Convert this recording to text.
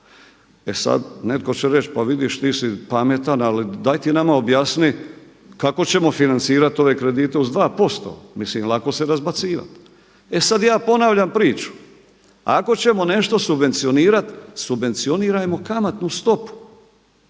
E sad, netko će reći pa vidiš ti si pametan, ali daj ti nama objasni kako ćemo financirati ove kredite uz 2%? Mislim lako se razbacivat. E sad ja ponavljam priču. Ako ćemo nešto subvencionirat subvencionirajmo kamatnu stopu,